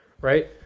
right